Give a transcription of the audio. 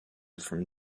from